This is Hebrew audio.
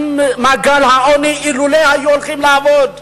ממעגל העוני אילו היו הולכים לעבוד,